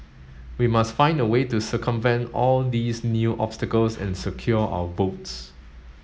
we must find a way to circumvent all these new obstacles and secure our votes